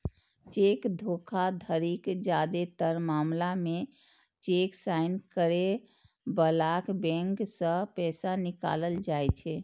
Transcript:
cheque धोखाधड़ीक जादेतर मामला मे चेक साइन करै बलाक बैंक सं पैसा निकालल जाइ छै